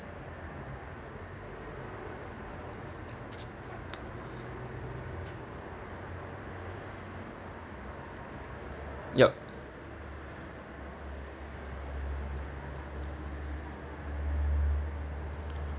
yup